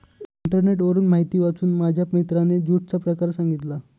इंटरनेटवरून माहिती वाचून माझ्या मित्राने ज्यूटचा प्रकार सांगितला